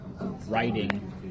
writing